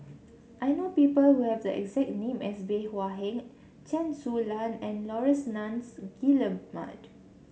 I know people who have the exact name as Bey Hua Heng Chen Su Lan and Laurence Nunns Guillemard